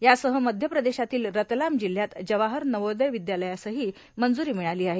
यासह मध्य प्रदेशातील रतलाम जिल्ह्यात जवाहर नवोदय विद्यालयासह मंजूरी मिळाली आहे